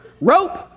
rope